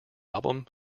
album